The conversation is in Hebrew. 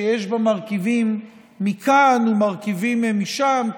שיש בה מרכיבים מכאן ומרכיבים משם.